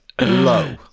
low